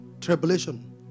tribulation